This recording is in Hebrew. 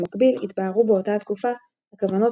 במקביל התבהרו באותה התקופה הכוונות